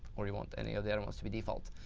or you want any of the elements to be default.